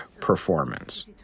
performance